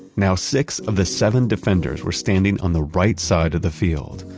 now six of the seven defenders were standing on the right side of the field,